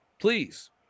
Please